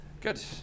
Good